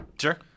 Sure